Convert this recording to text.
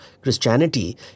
Christianity